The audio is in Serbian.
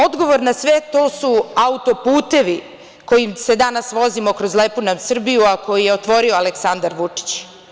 Odgovor na sve to su autoputevi kojim se danas vozimo kroz lepu nam Srbiju, a koje je otvorio Aleksandar Vučić.